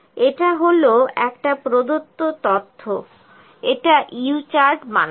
এটা হল একটা প্রদত্ত তথ্য একটা U চার্ট বানাও